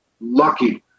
lucky